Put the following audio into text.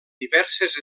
diverses